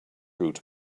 route